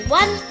one